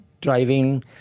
driving